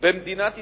במדינת ישראל,